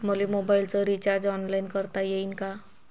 मले मोबाईलच recharge online करता येईन का?